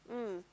mm